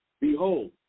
Behold